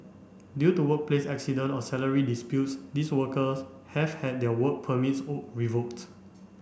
due to workplace accident or salary disputes these workers have had their work permits revoked